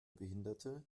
behinderte